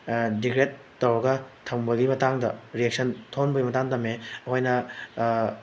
degrade ꯇꯧꯔꯒ ꯊꯝꯕꯒꯤ ꯃꯇꯥꯡꯗ ꯔꯤꯌꯦꯛꯁꯟ ꯊꯣꯛꯍꯟꯕꯒꯤ ꯃꯇꯥꯡꯗ ꯇꯝꯃꯦ ꯑꯩꯈꯣꯏꯅ